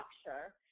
structure